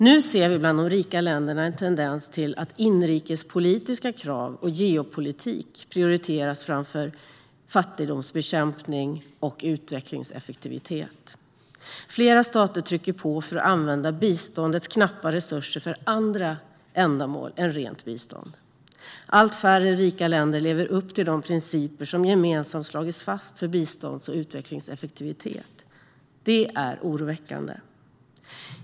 Nu ser vi bland de rika länderna en tendens till att inrikespolitiska krav och geopolitik prioriteras framför fattigdomsbekämpning och utvecklingseffektivitet. Flera stater trycker på för att använda biståndets knappa resurser för andra ändamål än rent bistånd. Allt färre rika länder lever upp till de principer som gemensamt slagits fast för bistånds och utvecklingseffektivitet. Det är oroväckande.